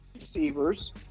receivers